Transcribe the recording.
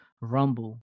Rumble